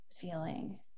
feeling